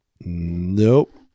Nope